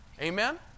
Amen